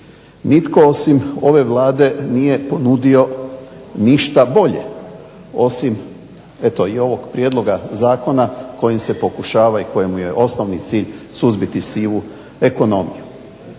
Nitko osim ove Vlade nije ponudio ništa bolje osim eto i ovog prijedloga zakona kojim se pokušava i kojem je osnovni cilj suzbiti sivu ekonomiju.